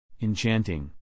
Enchanting